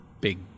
big